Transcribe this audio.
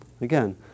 Again